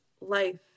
life